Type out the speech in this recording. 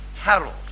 Harold